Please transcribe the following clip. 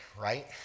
right